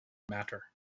matter